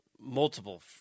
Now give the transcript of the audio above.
multiple